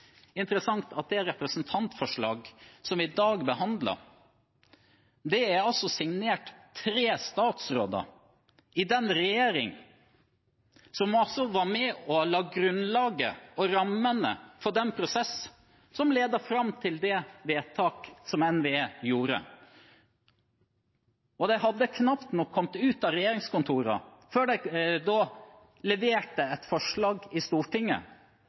signert av tre statsråder i den regjeringen som var med og la grunnlaget og rammene for den prosessen som ledet fram til det vedtaket som NVE gjorde. De hadde knapt nok kommet ut av regjeringskontorene før de leverte et forslag i Stortinget